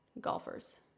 golfers